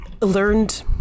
learned